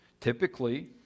Typically